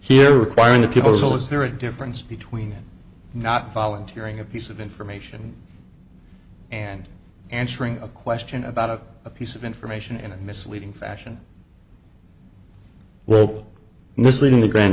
here requiring the people's will is there a difference between not falling tearing a piece of information and answering a question about of a piece of information in a misleading fashion well misleading the grand